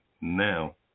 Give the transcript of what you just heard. now